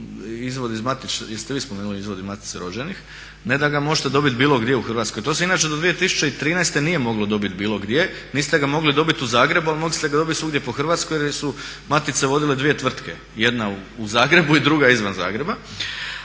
izvod iz matične, jeste li vi spomenuli izvod iz matice rođenih, ne da ga možete dobiti bilo gdje u Hrvatskoj, to se inače do 2013. nije moglo dobiti bilo gdje. Niste ga mogli dobiti u Zagrebu ali mogli ste ga dobiti svugdje po Hrvatskoj jer su matice vodile dvije tvrtke, jedna u Zagrebu i druga izvan Zagreba,